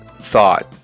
thought